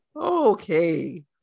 Okay